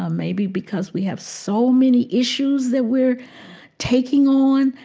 ah maybe because we have so many issues that we are taking on.